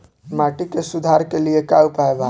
माटी के सुधार के लिए का उपाय बा?